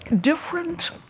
different